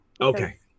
okay